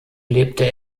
lebte